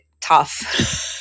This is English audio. tough